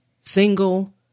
single